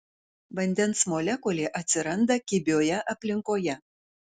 vandens molekulė atsiranda kibioje aplinkoje